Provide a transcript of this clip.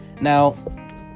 Now